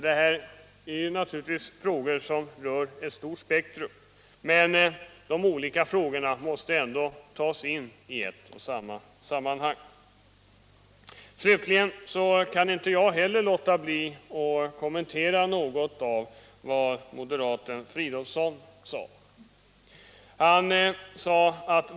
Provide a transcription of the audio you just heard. Det här är naturligtvis frågor som omfattar ett stort spektrum, men de olika frågorna måste ändå tas in i ett enda sammanhang. Slutligen kan inte heller jag låta bli att kommentera något av vad moderaten herr Fridolfsson sade.